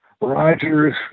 Rogers